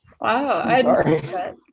Wow